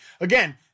again